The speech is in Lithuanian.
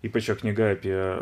ypač jo knyga apie